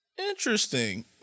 Interesting